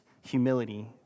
humility